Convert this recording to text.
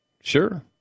Sure